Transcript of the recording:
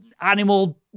animal